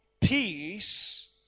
peace